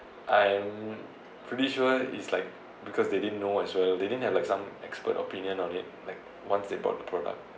I'm pretty sure it's like because they didn't know as well they didn't have like some expert opinion on it like once they bought the product